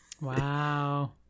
Wow